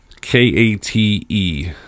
k-a-t-e